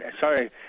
Sorry